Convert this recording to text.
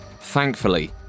Thankfully